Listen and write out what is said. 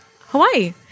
Hawaii